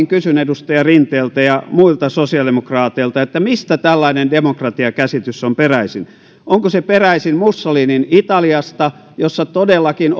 kysyn edustaja rinteeltä ja muilta sosiaalidemokraateilta mistä tällainen demokratiakäsitys on peräisin onko se peräisin mussolinin italiasta jossa todellakin